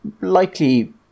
likely